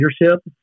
leadership